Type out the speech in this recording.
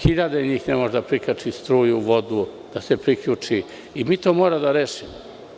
Hiljade njih ne može da prikači struju, vodu, da se priključi, i mi to moramo da rešimo.